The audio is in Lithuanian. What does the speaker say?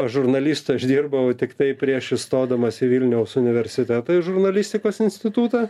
aš žurnalistu aš dirbau tiktai prieš įstodamas į vilniaus universitetą į žurnalistikos institutą